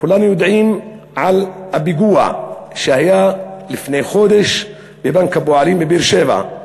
כולם יודעים על הפיגוע שהיה לפני חודש בבנק הפועלים בבאר-שבע.